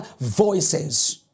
voices